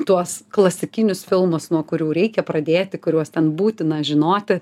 tuos klasikinius filmus nuo kurių reikia pradėti kuriuos ten būtina žinoti